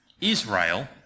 Israel